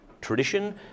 tradition